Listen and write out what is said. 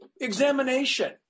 examination